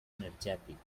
energètic